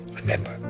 remember